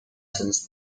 since